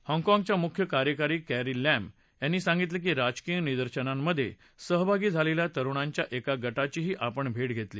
हाँगकाँगच्या मुख्य कार्यकारी Carrie Lam यांनी सांगितलं की राजकीय निदर्शनांमधे सहभागी झालेल्या तरुणांच्या एका गटाचीही आपण भेट घेतली